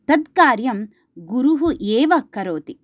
तत् कार्यं गुरुः एव करोति